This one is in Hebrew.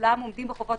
שכולם עומדים בחובות